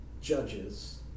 judges